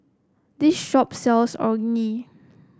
this shop sells Orh Nee